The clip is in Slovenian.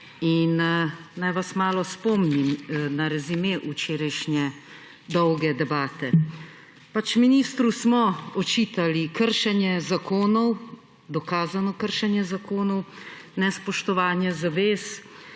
in naj vas malo spomnim na rezime včerajšnje dolge debate. Ministru smo očitali kršenje zakonov, dokazano kršenje zakonov, nespoštovanje zavez,